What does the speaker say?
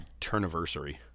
Turniversary